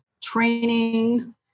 training